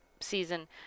season